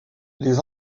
les